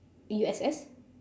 U_S_S